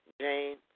Jane